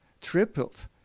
tripled